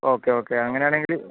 okay okay അങ്ങനെയാണെങ്കിൽ